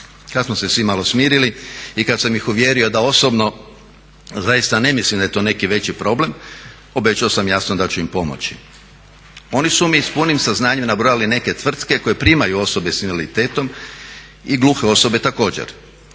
Kada smo se svi malo smirili i kada sam ih uvjerio da osobno zaista ne mislim da je to neki veći problem, obećao sam jasno da ću im pomoći. oni su mi s puni saznanjem nabrojali neke tvrtke koje primaju osobe s invaliditetom i gluhe osobe također.